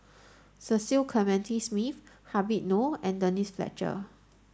Cecil Clementi Smith Habib Noh and Denise Fletcher